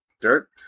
dirt